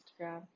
Instagram